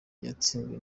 yatsinzwe